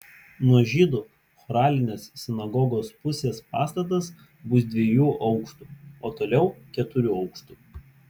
nuo žydų choralinės sinagogos pusės pastatas bus dviejų aukštų o toliau keturių aukštų